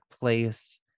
place